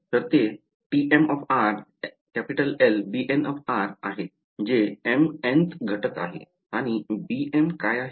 तर ते tm Lbn आहे जे mnth घटक आहे आणि bm काय आहे